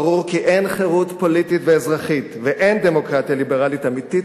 ברור כי אין חירות פוליטית ואזרחית ואין דמוקרטיה ליברלית אמיתית